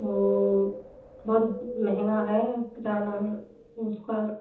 वो बहुत महंगा है उसका